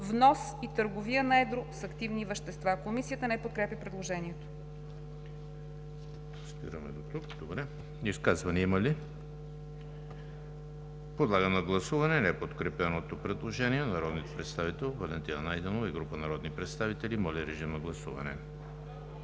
внос и търговия на едро с активни вещества“.“ Комисията не подкрепя предложението.